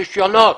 רישיונות.